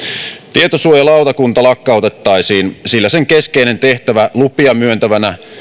tietosuojalautakunta lakkautettaisiin sillä sen keskeinen tehtävä lupia myöntävänä